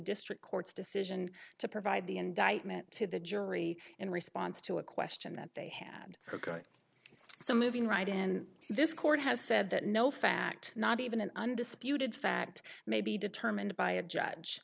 district court's decision to provide the indictment to the jury in response to a question that they had for good so moving right in this court has said that no fact not even an undisputed fact may be determined by a judge